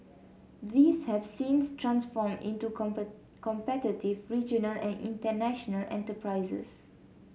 these have since transformed into competitive regional and international enterprises